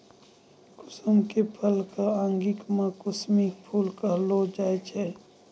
कुसुम के फूल कॅ अंगिका मॅ कुसमी फूल कहलो जाय छै